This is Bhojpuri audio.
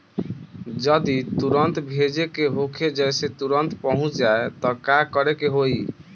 जदि तुरन्त भेजे के होखे जैसे तुरंत पहुँच जाए त का करे के होई?